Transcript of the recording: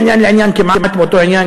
מעניין לעניין כמעט באותו עניין,